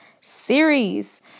series